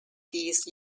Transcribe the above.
these